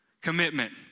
Commitment